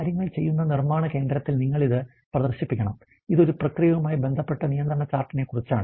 കാര്യങ്ങൾ ചെയ്യുന്ന നിർമ്മാണ കേന്ദ്രത്തിൽ നിങ്ങൾ ഇത് പ്രദർശിപ്പിക്കണം ഇത് ഒരു പ്രക്രിയയുമായി ബന്ധപ്പെട്ട നിയന്ത്രണ ചാർട്ടിനെക്കുറിച്ചാണ്